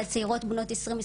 לצעירות בנות עשרים,